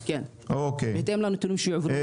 כן, בהתאם לנתונים שיועברו.